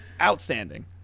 outstanding